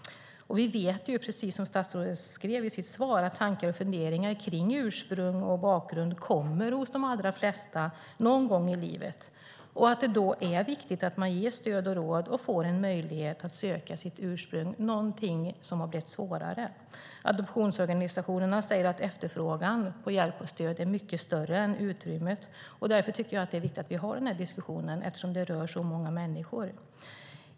Vi vet, precis som statsrådet skrev i sitt svar, att tankar och funderingar kring ursprung och bakgrund kommer hos de allra flesta någon gång i livet. Då är det viktigt att man ges stöd och råd och får en möjlighet att söka sitt ursprung, någonting som har blivit svårare. Adoptionsorganisationerna säger att efterfrågan på hjälp och stöd är mycket större än utrymmet. Därför tycker jag att det är viktigt att vi har denna diskussion, eftersom det rör så många människor.